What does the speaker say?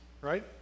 right